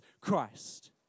Christ